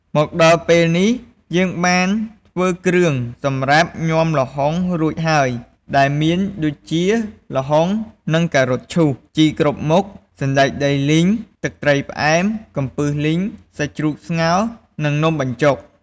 មកដល់ពេលនេះ យើងបានធ្វើគ្រឿងសម្រាប់ញាំល្ហុងរួចហើយ ដែលមានដូចជា ល្ហុង និង ការ៉ុតឈូស ជីគ្រប់មុខ សណ្ដែកដីលីង ទឹកត្រីផ្អែម កំពឹសលីង សាច់ជ្រូកស្ងោរ និងនំបញ្ចុក។